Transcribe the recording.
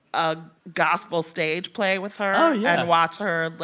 a gospel stage play with her. oh, yeah. and watch her,